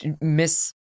miss